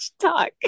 talk